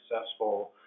successful